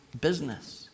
business